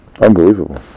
Unbelievable